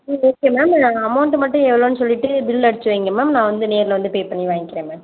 சரி okay ma'am amount மட்டும் எவ்வளோன்னு சொல்லிவிட்டு பில் அடித்து வையுங்க மேம் நான் வந்து நேரில் வந்து பே பண்ணி வாங்கிக்கிறேன் மேம்